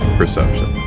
perception